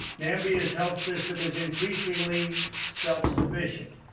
nambia's health system is increasingly self-sufficient.